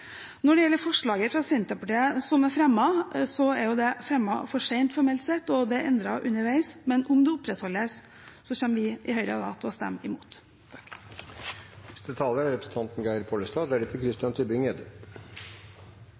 Når det gjelder forslaget fra Senterpartiet, som er fremmet, er det fremmet for sent formelt sett, og det er endret underveis. Om det opprettholdes, kommer vi i Høyre til å stemme imot. Heimevernet er